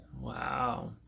Wow